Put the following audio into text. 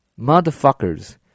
motherfuckers